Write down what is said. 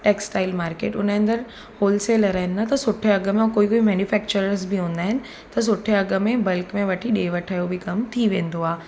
textile market उन जे अंदरि होलसेलर आहिनि न त सुठे अघ में कोई बि मेनुफेक्चरर्स बि हूंदा आहिनि त सुठे अघ में बल्क में वठी ॾे वठि जो बि कमु थी वेंदो आहे